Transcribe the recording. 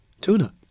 tuna